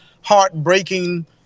heartbreaking